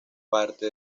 parte